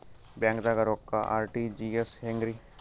ಬ್ಯಾಂಕ್ದಾಗ ರೊಕ್ಕ ಆರ್.ಟಿ.ಜಿ.ಎಸ್ ಹೆಂಗ್ರಿ?